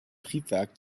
triebwerk